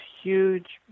huge